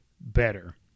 better